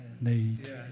need